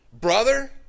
Brother